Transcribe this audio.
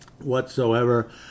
whatsoever